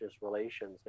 relations